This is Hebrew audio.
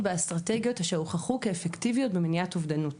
לא מספיק להכיל את